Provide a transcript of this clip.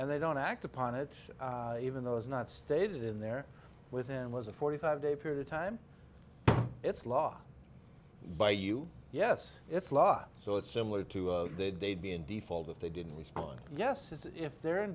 and they don't act upon it even though it's not stated in there with him was a forty five day period of time it's law by you yes it's law so it's similar to that they'd be in default if they didn't respond yes if there in